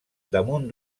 damunt